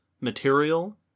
material